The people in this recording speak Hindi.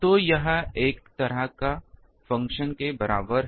तो यह इस तरह एक फंक्शन के बराबर है